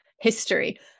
history